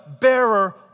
bearer